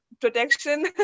protection